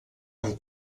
amb